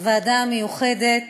הוועדה המיוחדת